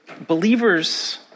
believers